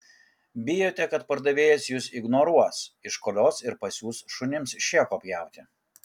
bijote kad pardavėjas jus ignoruos iškolios ir pasiųs šunims šėko pjauti